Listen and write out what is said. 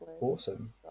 Awesome